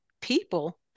people